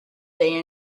day